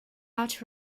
out